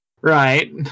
Right